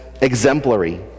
exemplary